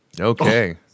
Okay